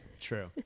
True